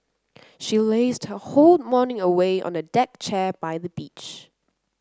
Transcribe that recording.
she lazed her whole morning away on a deck chair by the beach